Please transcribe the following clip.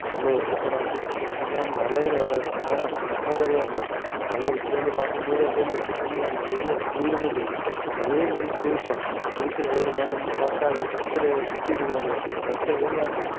அவ்வளோ சூப்பராக இருந்தது அது மட்டும் இல்லாமல் மலையில் வேற இருக்குமா செம்ம ஜாலியாக இருந்தது மலை உச்சிலேருந்து பார்க்கும்போது அப்படியே அந்த பழனி அந்த ஏரியா ஃபுல்லுமே தெரியும் அதேமாரியே திருச்சுயும் திருச்சியில ஏறி மேலே நின்று பார்த்தா அப்படியே சுற்றுல சுற்றி இருக்கிற அந்த ஃப் மொத்த ஏரியாவும் தெரியும்